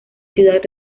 ciudad